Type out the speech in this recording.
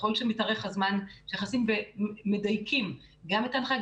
ככל שמתארך הזמן מדייקים גם את ההנחיה,